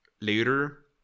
later